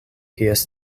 kies